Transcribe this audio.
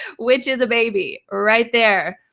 which is a baby right there.